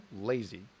lazy